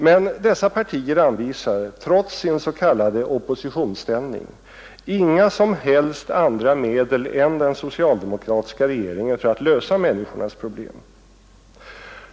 Men dessa partier anvisar — trots sin s.k. oppositionsställning — inga som helst andra medel än den socialdemokratiska regeringen för att lösa människornas problem.